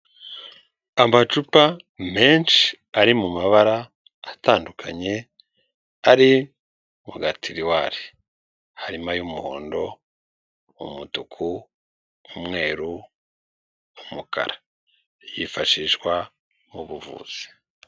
Amacupa menshi ari mu mabara atandukanye, ari mu gatiriwari, harimo ay'umuhondo, umutuku, umweru, umukara, yifashishwa m'ubuvuzi.